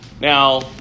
Now